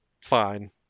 fine